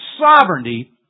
sovereignty